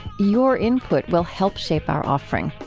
your input will help shape our offering.